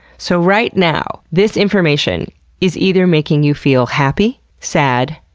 so right now, this information is either making you feel happy, sad,